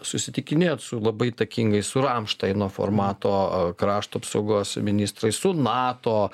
susitikinėjot su labai įtakingais su ramšteino formato krašto apsaugos ministrais su nato